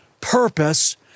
purpose